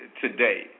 today